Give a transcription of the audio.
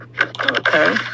okay